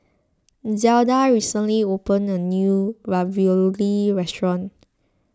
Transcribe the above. Zelda recently opened a new Ravioli restaurant